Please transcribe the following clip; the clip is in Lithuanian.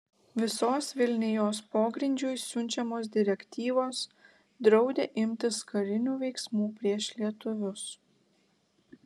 visos vilnijos pogrindžiui siunčiamos direktyvos draudė imtis karinių veiksmų prieš lietuvius